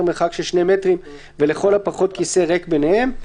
מרחק של 2 מטרים ולכל הפחות כיסא ריק ביניהם,